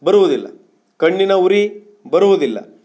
ಬರುವುದಿಲ್ಲ ಕಣ್ಣಿನ ಉರಿ ಬರುವುದಿಲ್ಲ